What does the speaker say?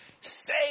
Stay